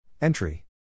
Entry